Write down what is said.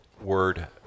word